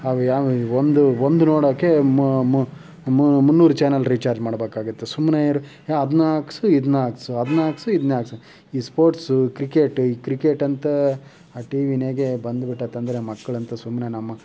ಅವು ಯಾವು ಒಂದು ಒಂದು ನೋಡೋಕ್ಕೆ ಮುನ್ನೂರು ಚಾನೆಲ್ ರಿಚಾರ್ಜ್ ಮಾಡಬೇಕಾಗಿತ್ತು ಸುಮ್ಮನೆ ಇರು ಅದನ್ನು ಹಾಕ್ಸು ಇದನ್ನು ಹಾಕ್ಸು ಅದನ್ನು ಹಾಕ್ಸು ಇದನ್ನು ಹಾಕ್ಸು ಈ ಸ್ಪೋರ್ಟ್ಸು ಕ್ರಿಕೆಟು ಈ ಕ್ರಿಕೆಟ್ ಅಂತ ಆ ಟಿವಿದಾಗೆ ಬಂದ್ಬಿಟ್ತು ಅಂದ್ರೆ ಮಕ್ಳಂತೂ ಸುಮ್ಮನೆ ನಮ್ಮ